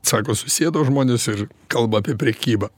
sako susėdo žmonės ir kalba apie prekybą